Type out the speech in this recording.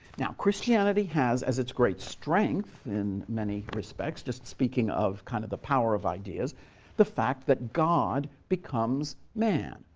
now, christianity has as its great strength, in many respects just speaking of kind of the power of ideas the fact that god becomes man.